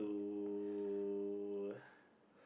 to